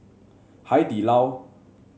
Hai Di Lao